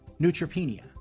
neutropenia